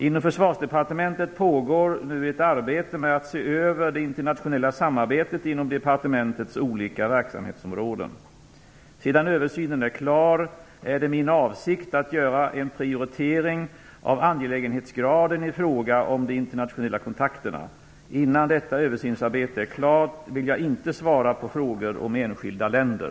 Inom Försvarsdepartementet pågår ett arbete med att se över det internationella samarbetet inom departementets olika verksamhetsområden. Sedan översynen är klar är det min avsikt att göra en prioritering av angelägenhetsgraden i fråga om de internationella kontakterna. Innan detta översynsarbete är klart vill jag inte svara på frågor om enskilda länder.